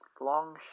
long